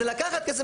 זה לקחת כסף